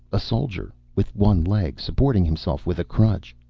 a soldier. with one leg, supporting himself with a crutch.